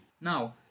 Now